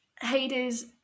Hades